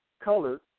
colored